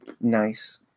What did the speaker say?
nice